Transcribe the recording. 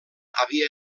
havia